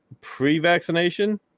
pre-vaccination